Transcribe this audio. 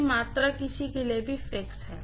कि मात्रा किसी के लिए भी फिक्स है